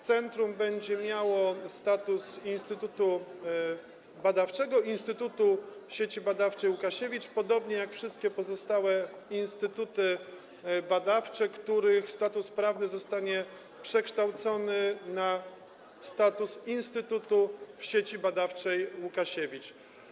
Centrum będzie miało status instytutu badawczego, instytutu Sieci Badawczej: Łukasiewicz, podobnie jak wszystkie pozostałe instytuty badawcze, których status prawny zostanie przekształcony w status instytutu Sieci Badawczej: Łukasiewicz.